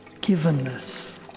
givenness